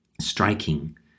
striking